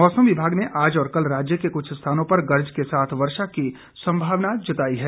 मौसम विभाग ने आज और कल राज्य के कुछ स्थानों पर गरज के साथ वर्षा की संभावना जताई है